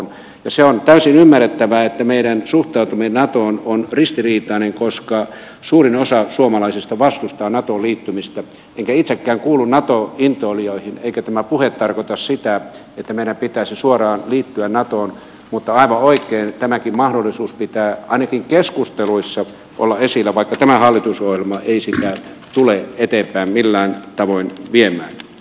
ja se on täysin ymmärrettävää että meidän suhtautumisemme natoon on ristiriitainen koska suurin osa suomalaisista vastustaa natoon liittymistä enkä itsekään kuulu nato intoilijoihin eikä tämä puhe tarkoita sitä että meidän pitäisi suoraan liittyä natoon mutta aivan oikein tämänkin mahdollisuuden pitää ainakin keskusteluissa olla esillä vaikka tämä hallitusohjelma ei sitä tule eteenpäin millään tavoin viemään